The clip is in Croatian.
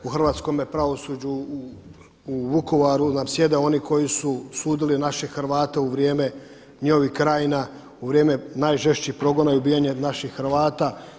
U hrvatskome pravosuđu u Vukovaru nam sjede oni koji su sudili naše Hrvate u vrijeme njihovih krajina u vrijeme najžešćih progona i ubijanja naših Hrvata.